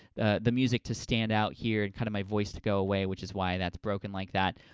the the music, to stand out here and kind of my voice to go away which is why that's broken like that.